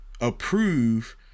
approve